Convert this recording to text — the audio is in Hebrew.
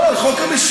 לא, חוק המשילות.